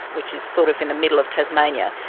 which is sort of in the middle of tasmania,